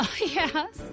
Yes